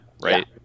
right